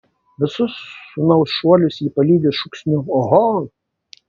visus sūnaus šuolius ji palydi šūksniu oho